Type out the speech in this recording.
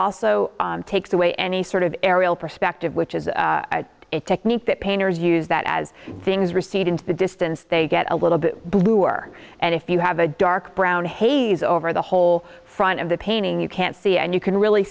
also takes away any sort of aerial perspective which is a technique that painters use that as things recede into the distance they get a little bit bluer and if you have a dark brown haze over the whole front of the painting you can't see and you can really